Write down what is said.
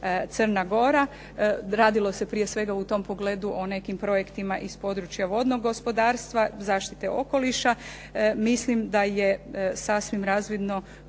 Crna Gora. Radilo se prije svega u tom pogledu o nekim projektima iz područja vodnog gospodarstva, zaštite okoliša. Mislim da je sasvim razvidno